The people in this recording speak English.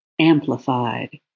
amplified